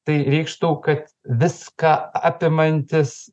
tai reikštų kad viską apimantis